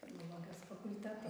filologijos fakulteto